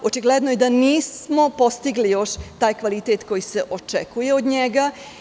Očigledno je da nismo postigli još taj kvalitet koji se očekuje od njega.